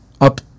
up